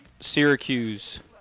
Syracuse